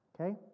okay